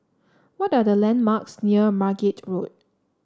what are the landmarks near Margate Road